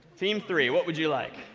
team three, what would you like?